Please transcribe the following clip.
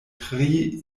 tri